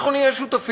אנחנו נהיה שותפים.